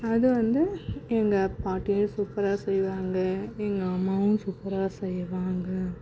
அது வந்து எங்கள் பாட்டியும் சூப்பராக செய்வாங்க எங்கள் அம்மாவும் சூப்பராக செய்வாங்க